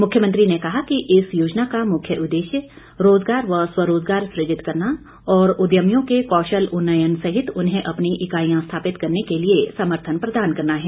मुख्यमंत्री ने कहा कि इस योजना का मुख्य उद्देश्य रोजगार व स्वरोजगार सुजित करना और उद्यमियों के कौशल उन्नयन सहित उन्हें अपनी इकाईयां स्थापित करने के लिए समर्थन प्रदान करना है